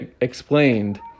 explained